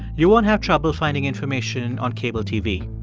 you won't have trouble finding information on cable tv.